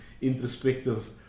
introspective